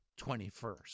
21st